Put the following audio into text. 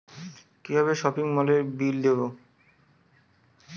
কিভাবে সপিং মলের বিল দেবো?